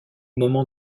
moment